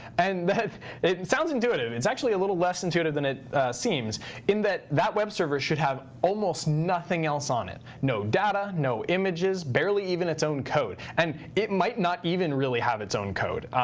and it it sounds intuitive. it's actually a little less intuitive than it seems in that that web server should have almost nothing else on it. no data, no images, barely even its own code. and it might not even really have its own code.